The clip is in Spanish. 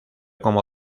como